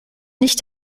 nicht